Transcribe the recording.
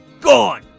gone